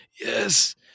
Yes